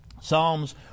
Psalms